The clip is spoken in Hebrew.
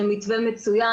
זה מתווה מצוין,